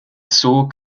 såg